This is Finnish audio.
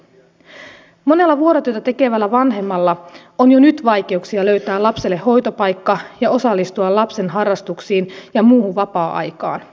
monella vuorotyötä tekevällä vanhemmalla on jo nyt vaikeuksia löytää lapselle hoitopaikka ja osallistua lapsen harrastuksiin ja muuhun vapaa aikaan